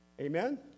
Amen